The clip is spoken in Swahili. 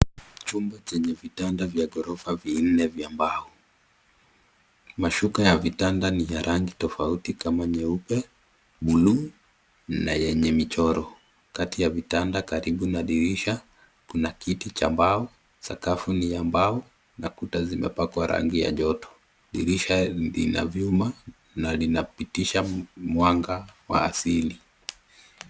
Chumba chenye vitanda vya ghorofa vinne vya mbao. Mashuka ya vitanda ni ya rangi tofauti kama nyeupe, buluu na yenye michoro. Kati ya vitanda karibu na dirisha kuna kiti cha mbao, sakafu ni ya mbao na kuta zimepakwa rangi ya joto. Dirisha lina vyuma na linapitisha mwanga wa asili.